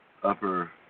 Upper